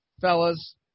Fellas